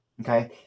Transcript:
Okay